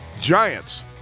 Giants